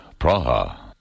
Praha